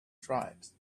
tribes